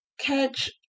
catch